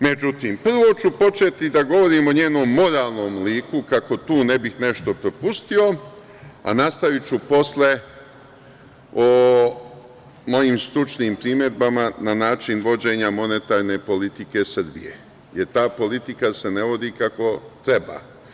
Međutim, prvo ću početi da govorim o njenom moralnom liku, kako tu ne bih nešto propustio, a nastaviću posle o mojim stručim primedbama na način vođenja monetarne politike Srbije, jer ta politika se ne vodi kako treba.